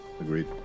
Agreed